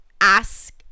ask